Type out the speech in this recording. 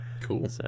Cool